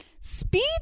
speed